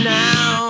now